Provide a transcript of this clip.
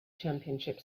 championship